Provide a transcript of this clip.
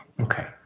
Okay